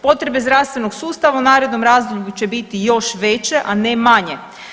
Potrebe zdravstvenog sustava u narednom razdoblju će biti još veće, a ne manje.